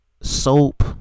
soap